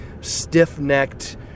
stiff-necked